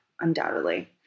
Undoubtedly